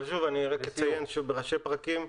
אבל אני רק אציין שוב בראשי פרקים.